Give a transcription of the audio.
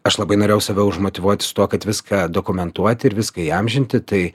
aš labai norėjau save už motyvuoti su tuo kad viską dokumentuoti ir viską įamžinti tai